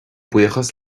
buíochas